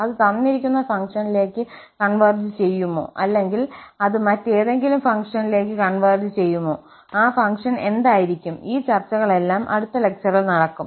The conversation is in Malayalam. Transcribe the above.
അത് തന്നിരിക്കുന്ന ഫംഗ്ഷനിലേക്ക് കൺവെർജ് ചെയ്യുമോ അല്ലെങ്കിൽ അത് മറ്റേതെങ്കിലും ഫംഗ്ഷനിലേക്ക് കൺവെർജ് ചെയ്യുമോ ആ ഫംഗ്ഷൻ എന്തായിരിക്കും ഈ ചർച്ചകളെല്ലാം അടുത്ത ലെക്ചറിൽ നടക്കും